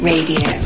Radio